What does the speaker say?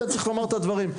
צריך לומר את הדברים,